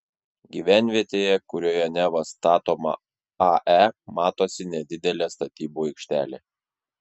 gyvenvietėje kurioje neva statoma ae matosi nedidelė statybų aikštelė